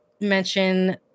mention